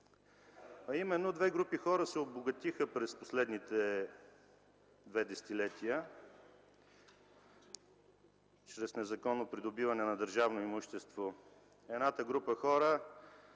Две групи хора се обогатиха през последните две десетилетия чрез незаконно придобиване на държавно имущество. Едната група хора